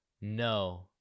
No